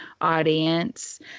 audience